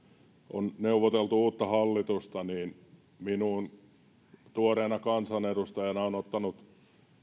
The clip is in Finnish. on neuvoteltu uutta hallitusta minuun tuoreena kansanedustajana on ottanut